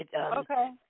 Okay